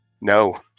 no